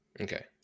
Okay